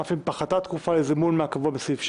ואף אם פחתה התקופה לזימון מהקבוע בסעיף 6,